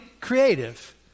creative